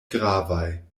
gravaj